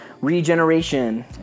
Regeneration